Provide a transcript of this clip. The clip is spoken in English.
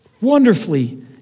wonderfully